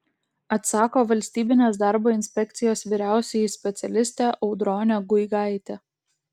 atsako valstybinės darbo inspekcijos vyriausioji specialistė audronė guigaitė